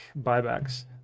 buybacks